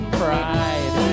pride